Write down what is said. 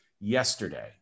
yesterday